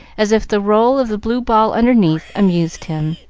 as if the roll of the blue ball underneath amused him.